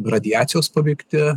radiacijos paveikti